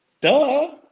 Duh